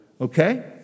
okay